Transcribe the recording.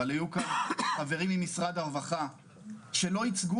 אבל היו כמה חברים ממשרד הרווחה שלא ייצגו